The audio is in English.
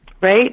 right